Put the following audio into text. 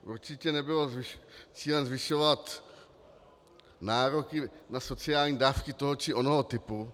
Určitě nebylo cílem zvyšovat nároky na sociální dávky toho či onoho typu.